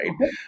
right